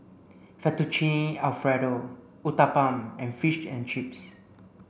Fettuccine Alfredo Uthapam and Fish and Chips